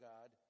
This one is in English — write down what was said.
God